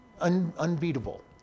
unbeatable